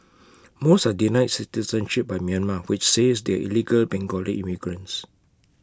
most are denied citizenship by Myanmar which says they are illegal Bengali immigrants